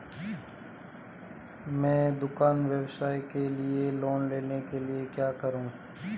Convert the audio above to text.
मैं दुकान व्यवसाय के लिए लोंन लेने के लिए क्या करूं?